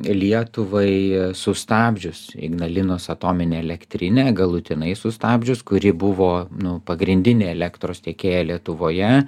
lietuvai sustabdžius ignalinos atominę elektrinę galutinai sustabdžius kuri buvo nu pagrindinė elektros tiekėja lietuvoje